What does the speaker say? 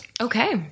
Okay